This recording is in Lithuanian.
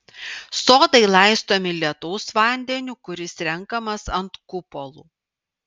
sodai laistomi lietaus vandeniu kuris renkamas ant kupolų